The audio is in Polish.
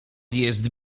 jest